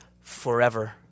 forever